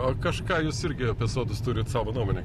a kažką jūs irgi apie sodus turit savo nuomonę